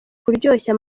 kuryoshya